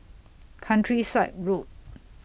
Countryside Road